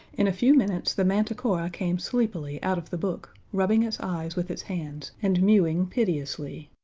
in a few minutes the manticora came sleepily out of the book, rubbing its eyes with its hands and mewing piteously.